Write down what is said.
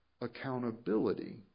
accountability